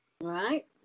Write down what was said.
Right